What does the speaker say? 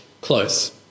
Close